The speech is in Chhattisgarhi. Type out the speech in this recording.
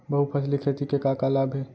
बहुफसली खेती के का का लाभ हे?